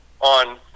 On